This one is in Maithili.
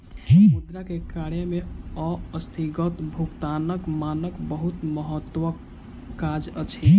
मुद्रा के कार्य में अस्थगित भुगतानक मानक बहुत महत्वक काज अछि